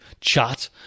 chat